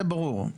זה ברור.